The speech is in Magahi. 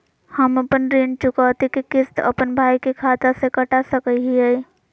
हम अपन ऋण चुकौती के किस्त, अपन भाई के खाता से कटा सकई हियई?